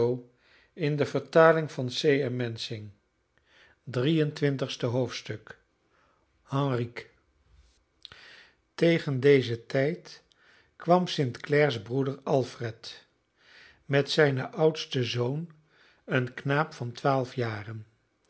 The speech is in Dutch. henrique tegen dezen tijd kwam st clare's broeder alfred met zijnen oudsten zoon een knaap van twaalf jaren